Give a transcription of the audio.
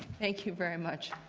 thank you very much.